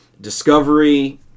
Discovery